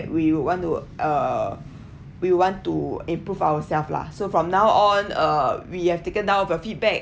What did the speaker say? we would want to uh we want to improve ourselves lah so from now on uh we have taken down of your feedback